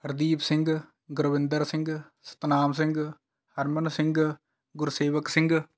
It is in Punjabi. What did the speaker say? ਹਰਦੀਪ ਸਿੰਘ ਗੁਰਵਿੰਦਰ ਸਿੰਘ ਸਤਨਾਮ ਸਿੰਘ ਹਰਮਨ ਸਿੰਘ ਗੁਰਸੇਵਕ ਸਿੰਘ